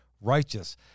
righteous